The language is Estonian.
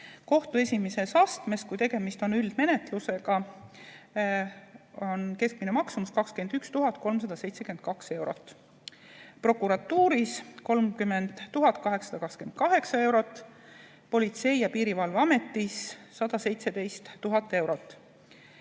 kohtu esimeses astmes, kui tegemist on üldmenetlusega, on keskmine maksumus 21 372 eurot, prokuratuuris 30 828 eurot, Politsei- ja Piirivalveametis 117 000 eurot